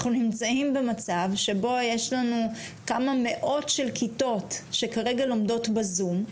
אנחנו נמצאים במצב שבו יש לנו כמה מאות של כיתות שכרגע לומדות בזום.